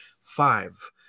five